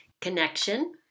Connection